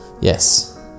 Yes